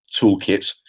toolkit